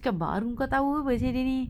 dia baru ke tahu [pe] sedar diri